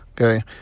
Okay